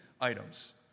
items